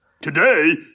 Today